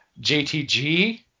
JTG